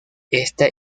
este